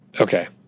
Okay